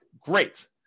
great